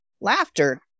laughter